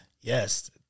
yes